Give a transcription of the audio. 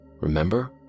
remember